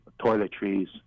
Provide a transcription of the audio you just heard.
toiletries